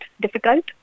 difficult